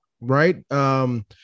right